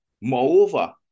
Moreover